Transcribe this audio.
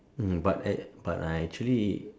hmm but I but I actually